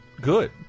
good